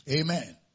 Amen